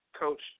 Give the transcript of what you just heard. coach